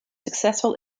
successful